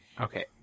Okay